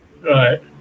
Right